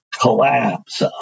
collapse